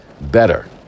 better